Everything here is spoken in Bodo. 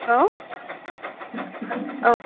हेल' औ